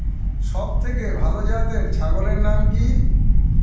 সবথেকে ভালো জাতের ছাগলের নাম কি?